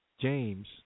James